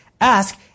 Ask